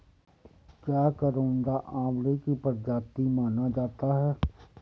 क्या करौंदा आंवले की प्रजाति माना जाता है?